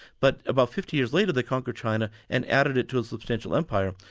but about fifty years later they conquered china and added it to a substantial empire.